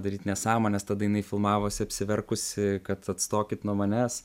daryt nesąmones tada jinai filmavosi apsiverkusi kad atstokit nuo manęs